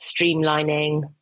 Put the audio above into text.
streamlining